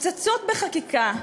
הפצצות בחקיקה,